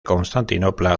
constantinopla